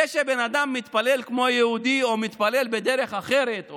זה שבן אדם מתפלל כמו יהודי או מתפלל בדרך אחרת,